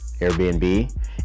Airbnb